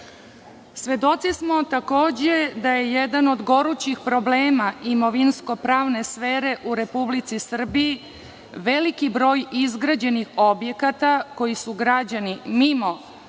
žalost. Svedoci smo takođe da je jedan od gorućih problema imovinsko-pravne sfere u Republici Srbiji veliki broj izgrađenih objekata koji su građani mimo